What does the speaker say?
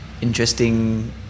interesting